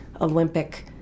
olympic